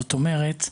זאת אומרת,